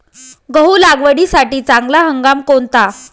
गहू लागवडीसाठी चांगला हंगाम कोणता?